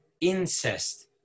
incest